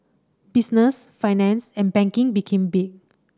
business finance and banking became big